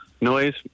noise